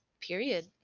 period